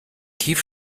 tief